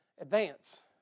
advance